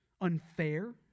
unfair